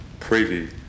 Preview